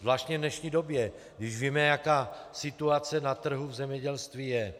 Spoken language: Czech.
Zvláště v dnešní době, když víme, jaká situace na trhu v zemědělství je.